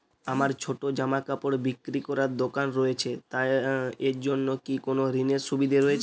আমার ছোটো জামাকাপড় বিক্রি করার দোকান রয়েছে তা এর জন্য কি কোনো ঋণের সুবিধে রয়েছে?